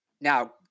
Now